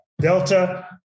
Delta